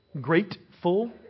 Grateful